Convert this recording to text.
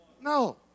No